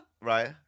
right